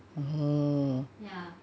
oh